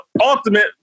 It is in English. ultimate